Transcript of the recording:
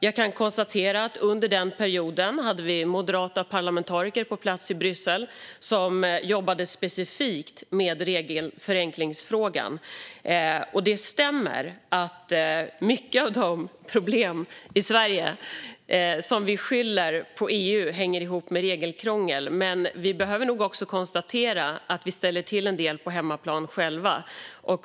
Jag kan konstatera att under den perioden hade vi moderata parlamentariker på plats i Bryssel som jobbade specifikt med regelförenklingsfrågan. Det stämmer att många av de problem i Sverige som vi skyller på EU hänger ihop med regelkrångel. Men vi behöver nog också konstatera att vi själva ställer till en del på hemmaplan.